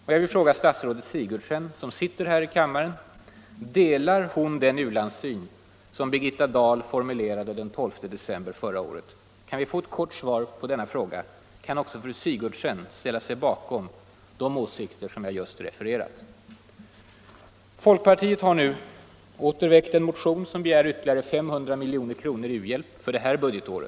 Och jag vill fråga statsrådet Sigurdsen som sitter här i kammaren: delar fru Sigurdsen den ulandssyn som Birgitta Dahl formulerade den 12 december förra året? Kan vi få ett kort svar på den frågan! Kan också fru Sigurdsen ställa sig bakom de åsikter som jag just har refererat? Folkpartiet har nu åter väckt en motion som begär ytterligare 500 miljoner kronor i u-hjälp för detta budgetår.